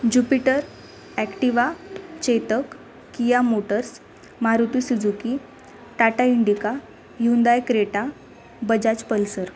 jupiter Activa Chetak Kia motors Maruti Suzuki Tata Indica Hyundai Creta Bajaj pulsar